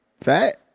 Fat